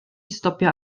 stopio